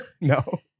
No